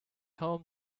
home